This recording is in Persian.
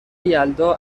یلدا